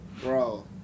bro